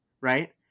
right